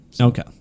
Okay